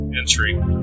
entry